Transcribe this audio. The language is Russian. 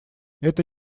это